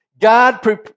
God